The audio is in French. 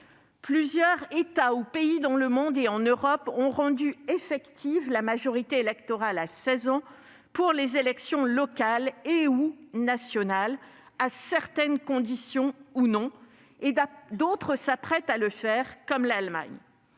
Plusieurs États ou pays dans le monde et en Europe ont rendu effective la majorité élective à 16 ans pour les élections locales et/ou nationales, à certaines conditions ou non, et d'autres s'apprêtent à le faire, comme l'Allemagne.